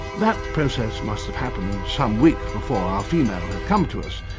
that process must have happened some weeks before our female had come to us,